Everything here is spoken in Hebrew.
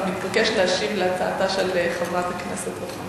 אתה מתבקש להשיב על הצעתה של חברת הכנסת רוחמה